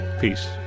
Peace